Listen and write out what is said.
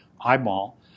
eyeball